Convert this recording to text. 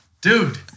dude